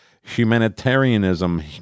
humanitarianism